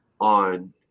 on